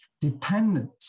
dependent